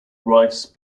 rice